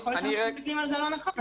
יכול להיות שאנחנו מסתכלים על זה לא נכון.